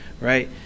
right